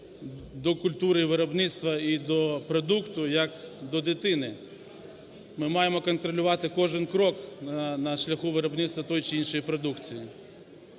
до культури виробництва і до продукту як до дитини. Ми маємо контролювати кожен крок на шляху виробництва тої чи іншої продукції,